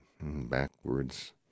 backwards